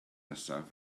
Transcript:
nesaf